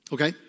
Okay